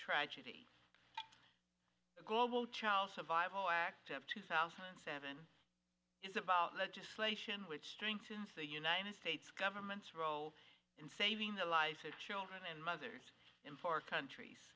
tragedy global child survival act of two thousand and seven is about legislation which strengthens the united states government's role in saving the lives of children and mothers in four countries